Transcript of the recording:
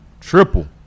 triple